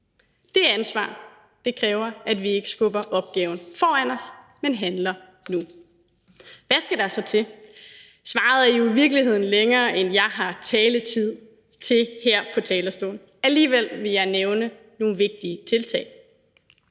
Det ansvar kræver, at vi ikke skubber opgaven foran os, men handler nu. Hvad skal der så til? Svaret er jo i virkeligheden længere, end jeg har taletid til her på talerstolen. Alligevel vil jeg nævne nogle vigtige tiltag.